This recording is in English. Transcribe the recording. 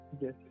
Yes